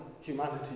humanity